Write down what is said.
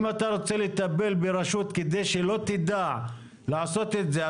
אם אתה רוצה לטפל ברשות כדי שלא תדע לעשות את זה,